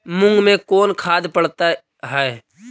मुंग मे कोन खाद पड़तै है?